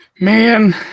Man